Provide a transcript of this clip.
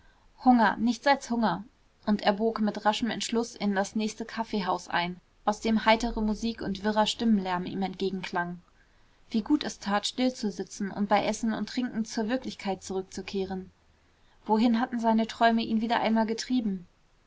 hunger nichts als hunger und er bog mit raschem entschluß in das nächste kaffeehaus ein aus dem heitere musik und wirrer stimmenlärm ihm entgegenklang wie gut es tat still zu sitzen und bei essen und trinken zur wirklichkeit zurückzukehren wohin hatten seine träume ihn wieder einmal getrieben